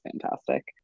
fantastic